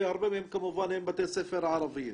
והרבה מהם כמובן הם בתי ספר ערבים.